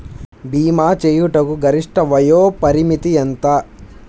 భీమా చేయుటకు గరిష్ట వయోపరిమితి ఎంత?